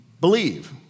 believe